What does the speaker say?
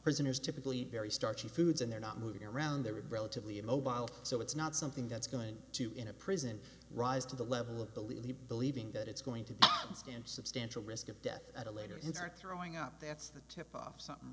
prisoners typically very starchy foods and they're not moving around there with relatively immobile so it's not something that's going to in a prison rise to the level of believe believing that it's going to be honest and substantial risk of death at a later and are throwing up that's the tip off something